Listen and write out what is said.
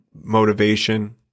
motivation